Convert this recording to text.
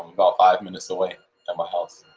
about five minutes away ah my house.